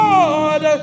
Lord